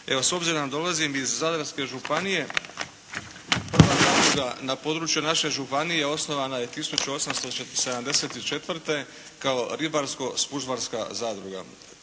s obzirom da dolazim iz Zadarske županije, prva zadruga na području naše županije osnovana je 1874. kao ribarsko spužvarska zadruga.